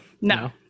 No